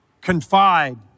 confide